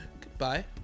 Goodbye